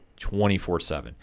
24-7